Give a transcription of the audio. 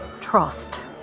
Trust